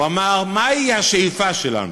הוא אמר: מהי השאיפה שלנו?